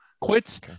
quits